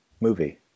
movie